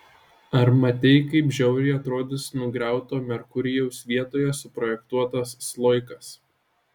ar matei kaip žiauriai atrodys nugriauto merkurijaus vietoje suprojektuotas sloikas